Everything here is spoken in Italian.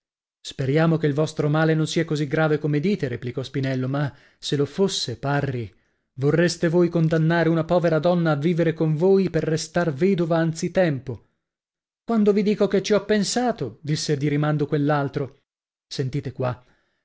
speriamo che il vostro male non sia così grave come dite replicò spinello ma se lo fossa parri vorreste voi condannare una povera donna a vivere con voi per restar vedova anzi tempo quando vi dico che ci ho pensato disse di rimando quell'altro sentite qua